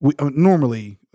normally